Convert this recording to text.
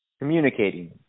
communicating